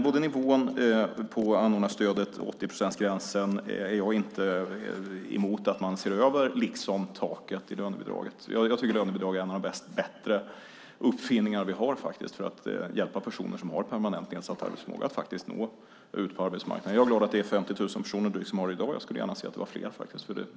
Både nivån på anordnarstödet och 80-procentsgränsen är jag inte emot att man ser över. Det gäller också taket i lönebidraget. Jag tycker att lönebidrag är en av de bättre uppfinningar vi har för att hjälpa personer med permanent nedsatt arbetsförmåga att nå ut på arbetsmarknaden. Jag är glad att 50 000 personer har lönebidrag i dag och skulle gärna se att det var fler.